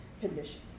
condition